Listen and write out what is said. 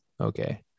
okay